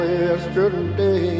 yesterday